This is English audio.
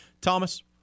thomas